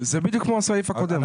זה בדיוק הסעיף הקודם.